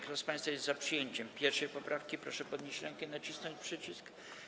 Kto z państwa jest za przyjęciem 1. poprawki, proszę podnieść rękę i nacisnąć przycisk.